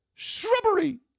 Shrubbery